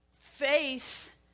faith